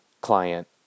client